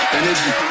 energy